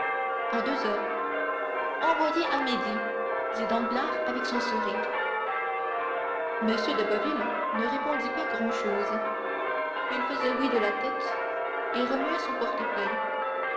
à deux heures envoyez à midi dit danglars avec son sourire m de boville ne répondait pas grand-chose il faisait oui de la tête et remuait son portefeuille